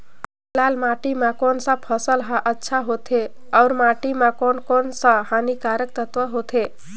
लाल माटी मां कोन सा फसल ह अच्छा होथे अउर माटी म कोन कोन स हानिकारक तत्व होथे?